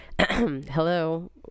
hello